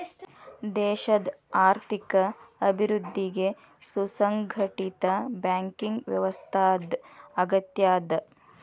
ದೇಶದ್ ಆರ್ಥಿಕ ಅಭಿವೃದ್ಧಿಗೆ ಸುಸಂಘಟಿತ ಬ್ಯಾಂಕಿಂಗ್ ವ್ಯವಸ್ಥಾದ್ ಅಗತ್ಯದ